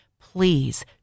please